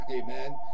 Amen